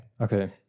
Okay